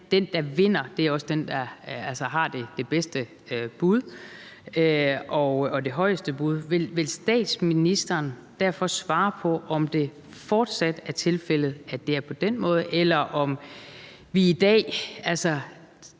den, der vinder, også er den, der har det bedste bud og det højeste bud. Vil statsministeren derfor svare på, om det fortsat er tilfældet, at det er på den måde, eller om vi i dag